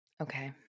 Okay